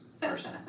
person